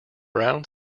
brown